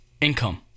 income